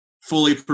fully